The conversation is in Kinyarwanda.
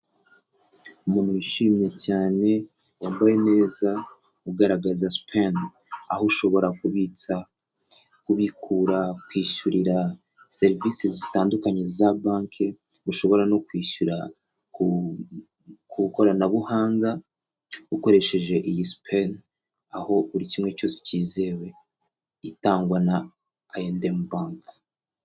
Umuntu wishimye cyane wambaye neza, ugaragaza supeni aho ushobora kubitsa, kubikura ukishyurira serivisi zitandukanye za banki, ushobora no kwishyura ku koranabuhanga ukoresheje iyi sipeni aho buri kimwe cyose cyizewe itangwa na iyindemu bank